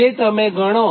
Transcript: તો તમે ગણો